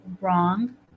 wrong